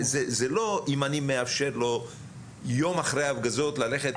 זה לא אם יום אחרי ההפגזות אני מאפשר לו ללכת